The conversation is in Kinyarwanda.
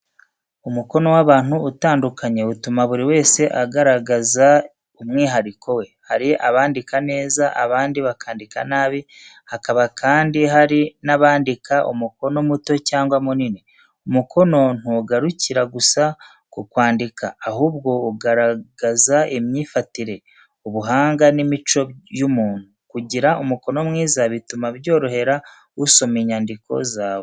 Umukono w’abantu utandukanye utuma buri wese agaragaza umwihariko we. Hari abandika neza, abandi bakandika nabi, hakaba kandi hari n’abandika umukono muto cyangwa munini. Umukono ntugarukira gusa ku kwandika, ahubwo ugaragaza imyifatire, ubuhanga n’imico y’umuntu. Kugira umukono mwiza, bituma byorohera usoma inyandiko zawe.